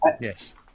Yes